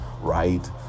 right